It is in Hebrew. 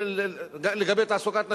לגבי תעסוקת נשים,